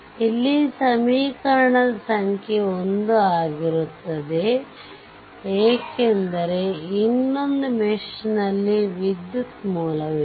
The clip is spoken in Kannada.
ಇಲ್ಲಿ ಸಮೀಕರಣದ ಸಂಖ್ಯೆ 1 ಆಗಿರುತ್ತದೆ ಏಕೆಂದರೆ ಇನ್ನೊಂದು ಮೆಶ್ ನಲ್ಲಿ ವಿದ್ಯುತ್ ಮೂಲವಿದೆ